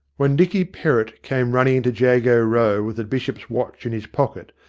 when dicky perrott came running into jago row with the bishop's watch in his pocket,